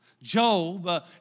Job